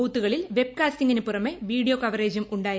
ബൂത്തുകളിൽ വെബ്കാസ്റ്റിങ്ങിന് പുറമെ വീഡിയോ കവറേജും ഉണ്ടായിരുന്നു